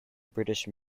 british